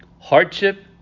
hardship